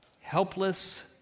helpless